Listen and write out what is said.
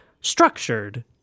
structured